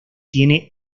tiene